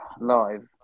live